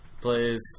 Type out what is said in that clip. plays